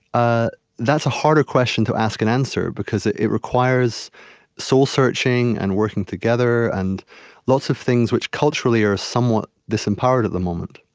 ah that's a harder question to ask and answer because it it requires soul-searching and working together and lots of things which, culturally, are somewhat disempowered at the moment.